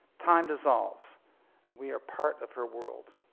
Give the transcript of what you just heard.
time dissolves and we are part of her world.